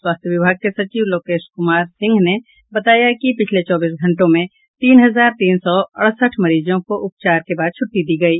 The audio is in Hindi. स्वास्थ्य विभाग के सचिव लोकेश क्मार सिंह ने बताया कि पिछले चौबीस घंटों में तीन हजार तीन सौ अड़सठ मरीजों को उपचार के बाद छुट्टी दी गयी